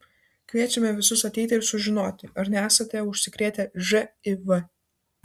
kviečiame visus ateiti ir sužinoti ar nesate užsikrėtę živ